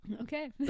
Okay